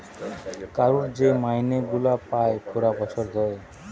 কারুর যে মাইনে গুলা পায় পুরা বছর ধরে